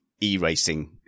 e-racing